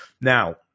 Now